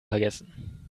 vergessen